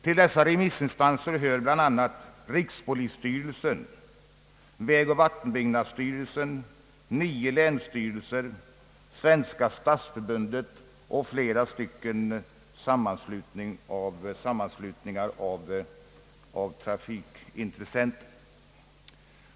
Till dessa remissinstanser hör bl.a. rikspolisstyrelsen, vägoch vattenbyggnadsstyrelsen, nio länsstyrelser, Svenska stadsförbundet och flera sammanslutningar av trafikintressenter.